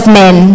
men